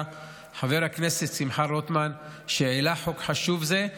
חבר הכנסת שמחה רוטמן שהעלה חוק חשוב זה,